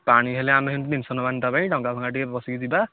ପାଣି ହେଲେ ଆମେ ଜିନିଷ ନେବାନି ତା ପାଇଁ ଡଙ୍ଗା ଫଙ୍ଗା ଟିକେ ବସିକି ଯିବା